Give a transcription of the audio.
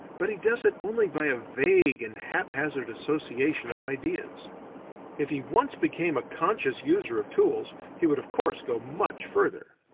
but he does it only by a vague and haphazard association of ideas if he once became a conscious user of tools he would of course go much further.